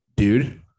Dude